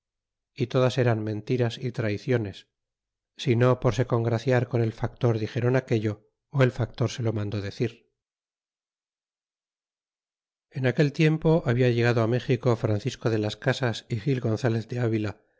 y todas eran mentiras y traiciones sino por se congraciar con el factor dixéron aquello ó el factor se lo mandó decir y en aquel tiempo habla llegado méxico francisco de las casas y gil gonzalez